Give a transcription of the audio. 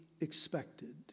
expected